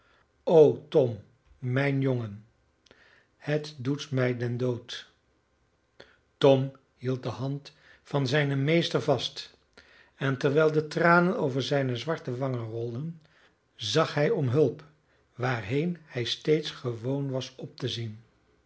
tom mijn jongen het doet mij den dood tom hield de hand van zijnen meester vast en terwijl de tranen over zijne zwarte wangen rolden zag hij om hulp waarheen hij steeds gewoon was op te zien